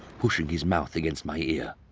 pushing his mouth against my ear.